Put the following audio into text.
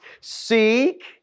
Seek